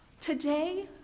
Today